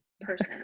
person